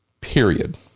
period